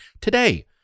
today